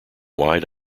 wide